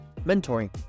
mentoring